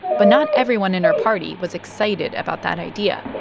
but not everyone in her party was excited about that idea,